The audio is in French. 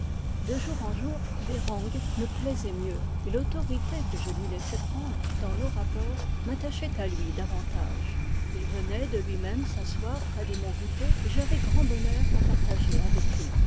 de jour en jour bereng me plaisait mieux et l'autorité que je lui laissais prendre dans nos rapports m'attachait à lui davantage il venait de lui-même s'asseoir près de mon goûter et j'avais grand bonheur à partager avec lui